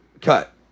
cut